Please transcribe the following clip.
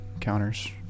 counters